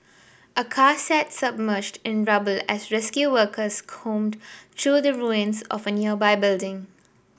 a car sat submerged in rubble as rescue workers combed through the ruins of a nearby building